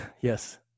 Yes